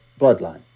bloodline